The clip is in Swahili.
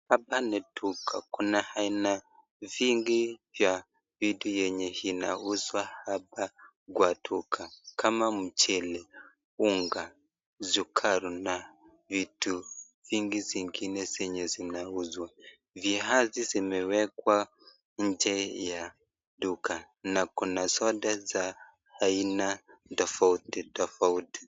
Hapa ni duka Kuna aina mingi ya vitu enye inauzwa hapa kwa duka kama Michele, unga, sukari na vitu vingi zingine zenye zinauzwa. Viazi zimewekwa nje ya duka na Kuna soda za tofauti tofauti.